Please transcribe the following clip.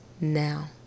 now